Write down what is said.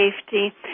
safety